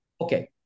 Okay